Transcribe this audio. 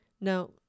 Now